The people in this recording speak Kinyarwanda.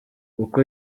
uko